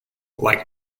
like